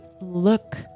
look